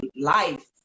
life